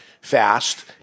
fast